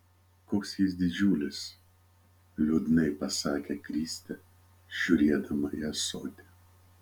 koks jis didžiulis liūdnai pasakė kristė žiūrėdama į ąsotį